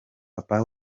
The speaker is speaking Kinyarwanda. papa